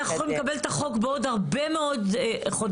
אנחנו יכולים לקבל את החוק בעוד הרבה מאוד חודשים.